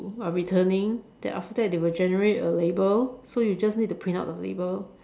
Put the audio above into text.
are returning then after that they will generate a label so you just need to print out the label